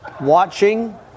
watching